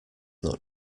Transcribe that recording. not